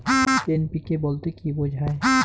NPK বলতে কী বোঝায়?